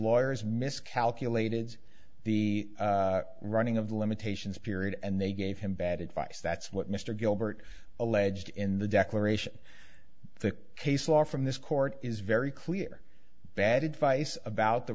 lawyers miscalculated the running of limitations period and they gave him bad advice that's what mr gilbert alleged in the declaration the case law from this court is very clear bad advice about the